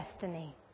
destiny